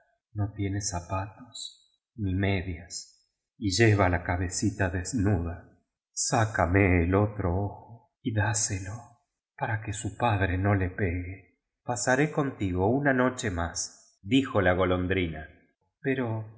no tiene zapatos ni medias y lleva la cabccita desnuda sácame el otro ojo y dá selo para que su padre no le pegue pasaré contigo una noche más dijo la go londrina pero